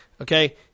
Okay